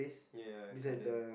ya garden